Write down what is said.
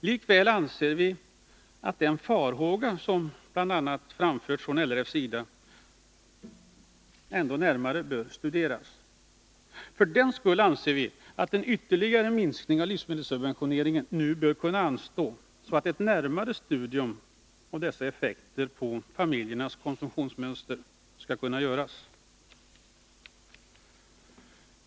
Likväl anser vi att den farhåga som förts fram från bl.a. LRF:s sida ändå närmare bör studeras. För den skull anser vi att en ytterligare minskning av livsmedelssubventioneringen nu bör kunna anstå, så att ett närmare studium av dess effekter på familjernas konsumtionsmönster skall kunna göras.